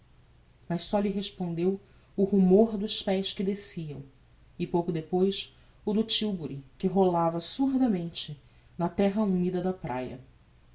mas só lhe respondeu o rumor dos pés que desciam e pouco depois o do tilbury que rolava surdamente na terra humida da praia